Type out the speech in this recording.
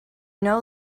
know